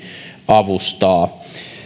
avustaa